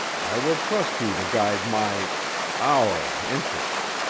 i will trust you to guard my our interests,